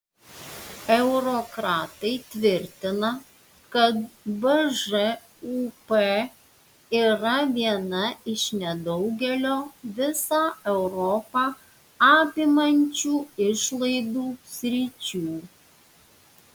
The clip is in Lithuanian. eurokratai tvirtina kad bžūp yra viena iš nedaugelio visą europą apimančių išlaidų sričių